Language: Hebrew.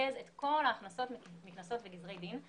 לנקז את כל ההכנסות מקנסות וגזרי דין.